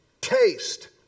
taste